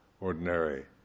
ordinary